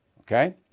okay